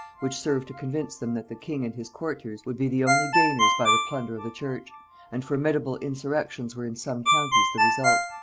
which served to convince them that the king and his courtiers would be the only gainers by the plunder of the church and formidable insurrections were in some counties the result.